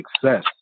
success